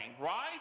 right